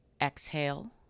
exhale